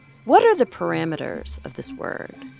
what are the parameters of this word?